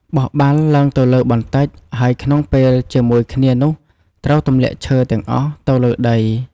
បោះបាល់ឡើងទៅលើបន្តិច ហើយក្នុងពេលជាមួយគ្នានោះត្រូវទម្លាក់ឈើទាំងអស់ទៅលើដី។